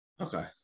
Okay